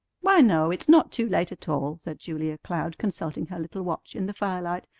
why, no it's not too late at all, said julia cloud, consulting her little watch in the firelight.